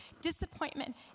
disappointment